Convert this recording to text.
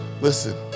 Listen